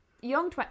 young